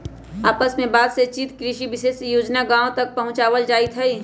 आपस में बात चित से कृषि विशेष सूचना गांव गांव तक पहुंचावल जाईथ हई